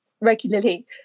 regularly